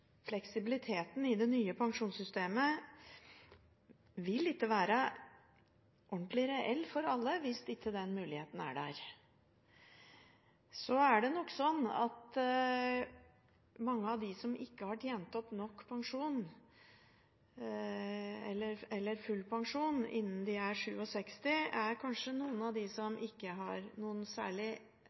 Fleksibiliteten i det nye pensjonssystemet vil ikke være ordentlig reell for alle hvis ikke den muligheten er der. Så er det nok sånn at blant dem som ikke har tjent opp nok pensjon, eller full pensjon, innen de er 67 år, er det kanskje noen som ikke har noen særlig